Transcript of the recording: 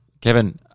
Kevin